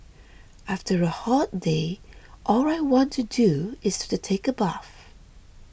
after a hot day all I want to do is to take a bath